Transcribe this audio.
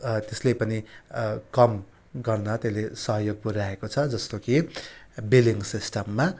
त्यसले पनि कम गर्न त्यसले सहयोग पुर्याएको छ जस्तो कि बिलिङ्स सिस्टममा